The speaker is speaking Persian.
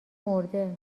مرده